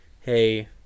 hey